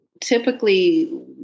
typically